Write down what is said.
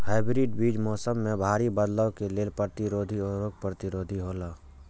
hybrid बीज मौसम में भारी बदलाव के लेल प्रतिरोधी और रोग प्रतिरोधी हौला